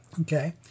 Okay